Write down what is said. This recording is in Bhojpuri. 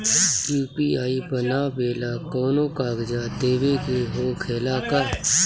यू.पी.आई बनावेला कौनो कागजात देवे के होखेला का?